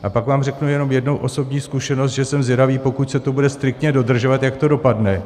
A pak vám řeknu jenom jednu osobní zkušenost, že jsem zvědavý, pokud se to bude striktně dodržovat, jak to dopadne.